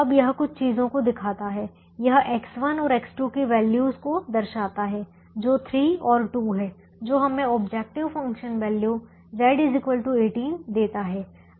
अब यह कुछ चीजों को दिखाता है यह X1 और X2 की वैल्यू को दर्शाता है जो 3 और 2 हैं जो हमें ऑब्जेक्टिव फंक्शन वैल्यू Z 18 देता है